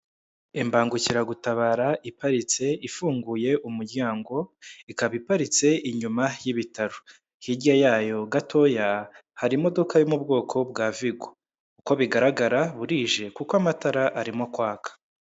Imbangukiragutabara iparitse ifunguye umuryango, ikaba iparitse inyuma y'ibitaro, hirya yayo gatoya hari imodoka yo mu bwoko bwa vigo uko bigaragara burije uko amatara arimo kwaka.